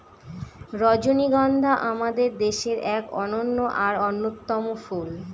রজনীগন্ধা আমাদের দেশের এক অনন্য আর অন্যতম ফুল